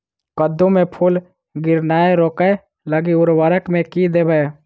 कद्दू मे फूल गिरनाय रोकय लागि उर्वरक मे की देबै?